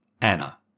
Anna